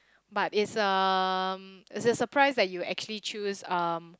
but it's um it's a surprise that you actually choose um